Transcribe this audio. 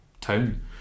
town